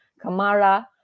Kamara